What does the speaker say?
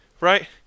right